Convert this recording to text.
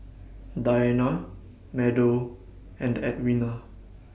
Diana Meadow and Edwina